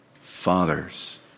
Fathers